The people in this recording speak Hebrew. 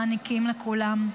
מההתמדה שאתם מעניקים לכולם.